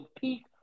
peak